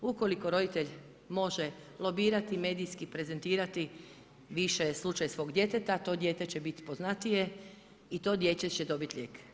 Ukoliko roditelj može lobirati, medijski prezentirati više slučaj svog djeteta to dijete će bit poznatije i to dijete će dobit lijek.